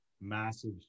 massive